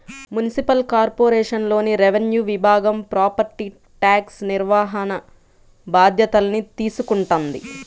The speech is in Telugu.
మునిసిపల్ కార్పొరేషన్లోని రెవెన్యూ విభాగం ప్రాపర్టీ ట్యాక్స్ నిర్వహణ బాధ్యతల్ని తీసుకుంటది